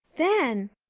then,